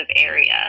area